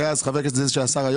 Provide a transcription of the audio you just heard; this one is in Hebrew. שהיה אז חבר כנסת ושר היום?